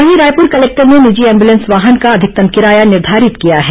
वहीं रायपुर कलेक्टर ने निजी एम्बुलेंस वाहन का अधिकतम किराया निर्धारित किया है